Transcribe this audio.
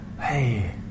Hey